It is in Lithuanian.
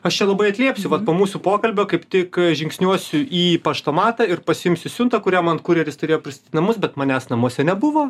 aš čia labai atliepsiu vat po mūsų pokalbio kaip tik žingsniuosiu į paštomatą ir pasiimsiu siuntą kurią man kurjeris turėjo prist į namus bet manęs namuose nebuvo